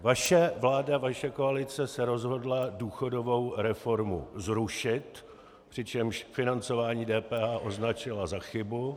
Vaše vláda, vaše koalice se rozhodla důchodovou reformu zrušit, přičemž financování DPH označila za chybu.